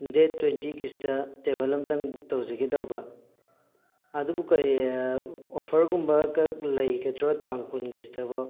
date ꯇ꯭ꯋꯦꯟꯇꯤꯒꯤꯁꯤꯗ table ꯑꯝꯇꯪ book ꯇꯧꯖꯒꯦ ꯇꯧꯕ ꯑꯗꯨꯕꯨ ꯀꯔꯤ ꯑꯣꯐꯔꯒꯨꯝꯕ ꯂꯩꯒꯗ꯭ꯔꯣ ꯇꯥꯡ ꯀꯨꯟꯒꯤꯁꯤꯗꯕꯣ